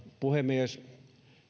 puhemies